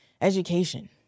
education